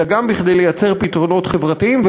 אלא גם כדי לייצר פתרונות חברתיים,